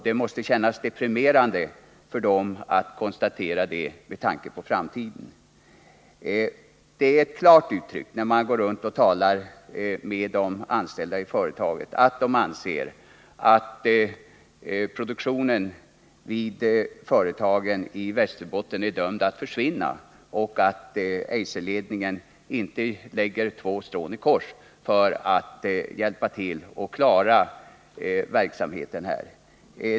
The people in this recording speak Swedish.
Det måste med tanke på framtiden vara deprimerande för dem, När man går runt och talar med de anställda i företaget får man det klara intrycket att de anser att produktionen vid anläggningarna i Västerbotten är dömd att försvinna och att Eiserledningen inte lägger två strån i kors för att klara verksamheten där.